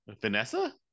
Vanessa